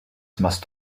must